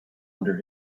under